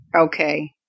Okay